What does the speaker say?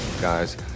Guys